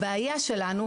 הבעיה שלנו,